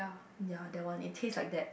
ya that one it taste like that